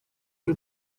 uru